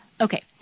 Okay